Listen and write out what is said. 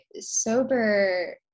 sober